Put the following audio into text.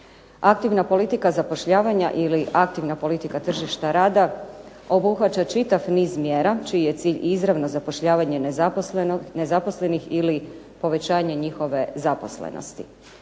Aktivna politika zapošljavanja ili aktivna politika tržišta rada obuhvaća čitav niz mjera čiji je cilj izravno zapošljavanje nezaposlenih ili povećanje njihove zaposlenosti.